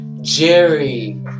Jerry